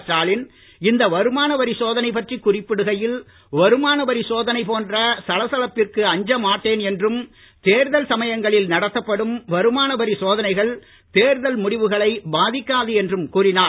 ஸ்டாலின் இந்த வருமான வரி சோதனை பற்றி குறிப்பிடுகையில் வருமான வரி சோதனை போன்ற சலசலப்பிற்கு அஞ்ச மாட்டேன் என்றும் தேர்தல் சமயங்களில் நடத்தப்படும் வருமான வரி சோதனைகள் தேர்தல் முடிவுகளை பாதிக்காது என்றும் கூறினார்